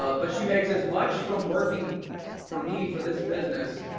ah but she makes as much from working for me for this business,